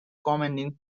commanding